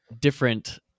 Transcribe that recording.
different